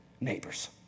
neighbors